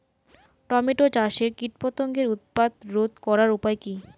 Tomato চাষে কীটপতঙ্গের উৎপাত রোধ করার উপায় কী?